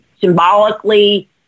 symbolically